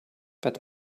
that